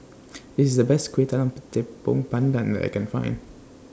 This IS The Best Kueh Talam Tepong Pandan that I Can Find